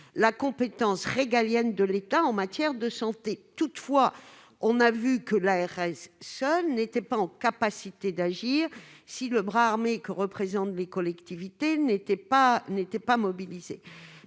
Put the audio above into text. la compétence régalienne de l'État en matière de santé. Toutefois, on a bien constaté que l'ARS seule n'est pas en capacité d'agir si le bras armé que représentent les collectivités n'est pas mobilisé.